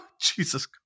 Jesus